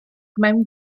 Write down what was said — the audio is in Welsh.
mewn